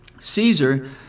Caesar